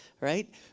right